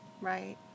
Right